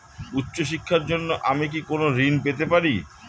উচ্চশিক্ষার জন্য আমি কি কোনো ঋণ পেতে পারি?